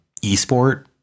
esport